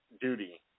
duty